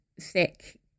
thick